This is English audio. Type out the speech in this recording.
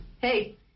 hey